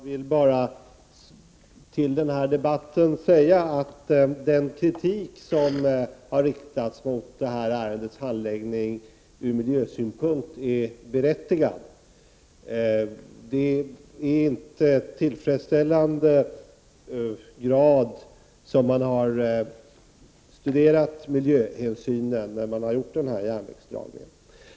Herr talman! Jag vill bara i denna debatt säga att den kritik som har riktats mot detta ärendes handläggning ur miljösynpunkt är berättigad. Man har inte i tillfredsställande grad studerat miljöhänsynen när man gjort denna järnvägsdragning.